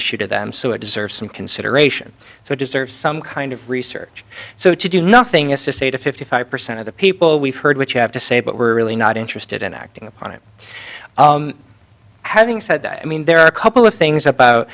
issue to them so it deserves some consideration so deserve some kind of research so to do nothing is to say to fifty five percent of the people we've heard which have to say but we're really not interested in acting upon it having said that i mean there are a couple of things about